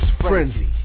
frenzy